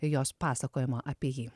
jos pasakojimo apie jį